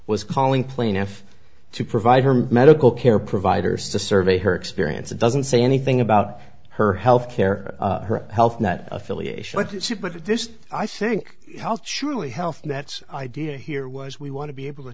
was calling plaintiff to provide medical care providers to survey her experience it doesn't say anything about her health care her health net affiliation but she put it this i think health surely health that's idea here was we want to be able to